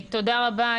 תודה רבה,